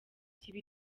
kiba